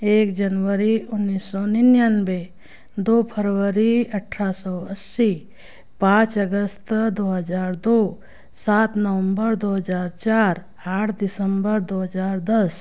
एक जनवरी उन्नीस सौ निन्यानवे दो फरवरी अठारह सौ अस्सी पाँच अगस्त दो हज़ार दो सात नवम्बर दो हज़ार चार आठ दिसम्बर दो हज़ार दस